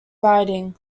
writing